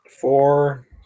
Four